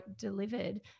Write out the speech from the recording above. delivered